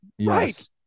Right